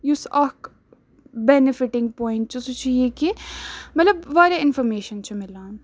یُس اَکھ benefiting point چھُ سُہ چھُ یہِ کہِ مطلب واریاہ اِنفٔمیشَن چھِ مِلان